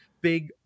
big